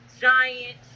giant